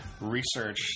research